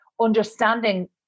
understanding